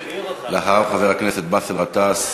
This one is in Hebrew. אחריו, חבר הכנסת באסל גטאס.